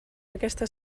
aquesta